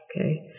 Okay